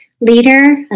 leader